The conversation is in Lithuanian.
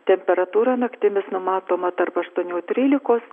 temperatūra naktimis numatoma tarp aštuonių trylikos